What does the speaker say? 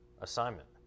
assignment